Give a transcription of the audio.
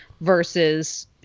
versus